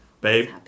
babe